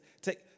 take